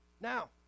now